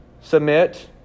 Submit